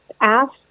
ask